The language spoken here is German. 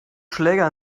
schläger